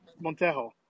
Montejo